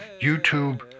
YouTube